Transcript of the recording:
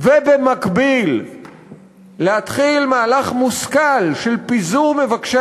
ובמקביל להתחיל מהלך מושכל של פיזור מבקשי